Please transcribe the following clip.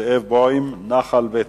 זאב בוים: נחל בצת.